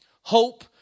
Hope